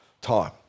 time